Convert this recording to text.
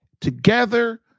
together